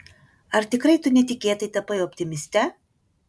ar tikrai tu netikėtai tapai optimiste